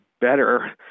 better